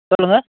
சொல்லுங்கள்